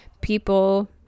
people